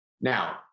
Now